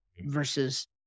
versus